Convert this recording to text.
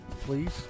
please